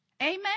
Amen